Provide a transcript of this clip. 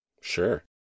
Sure